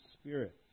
Spirit